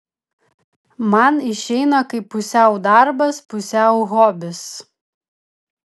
man išeina kaip pusiau darbas pusiau hobis